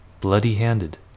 bloody-handed